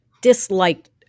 disliked